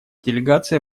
делегация